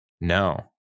No